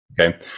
Okay